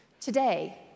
Today